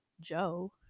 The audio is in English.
Joe